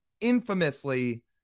infamously